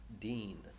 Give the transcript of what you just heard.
Dean